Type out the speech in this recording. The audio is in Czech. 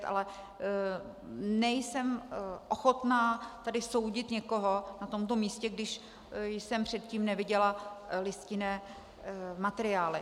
Ale nejsem ochotná tady soudit někoho na tomto místě, když jsem předtím neviděla listinné materiály.